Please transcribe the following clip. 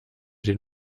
den